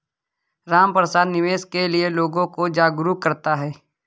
रामप्रसाद निवेश के लिए लोगों को जागरूक करता है